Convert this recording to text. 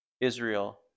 Israel